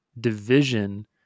division